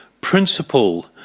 principle